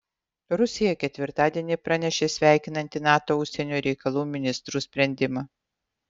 rusija ketvirtadienį pranešė sveikinanti nato užsienio reikalų ministrų sprendimą